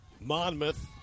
Monmouth